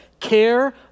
Care